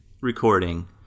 recording